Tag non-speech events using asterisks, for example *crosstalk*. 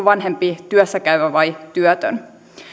*unintelligible* vanhempi työssä käyvä vai työtön